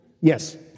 Yes